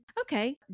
Okay